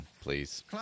please